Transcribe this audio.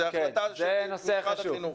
זו החלטה של משרד החינוך.